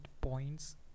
points